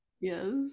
yes